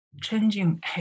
changing